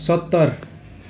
सत्तर